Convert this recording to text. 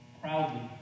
proudly